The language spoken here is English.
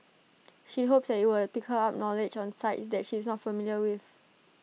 she hopes IT was pick up knowledge on sites that she is not familiar with